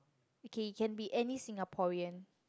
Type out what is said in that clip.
okay it can be any Singaporean